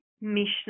Mishnah